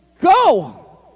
go